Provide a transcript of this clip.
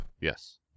Yes